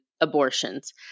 abortions